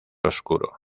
oscuro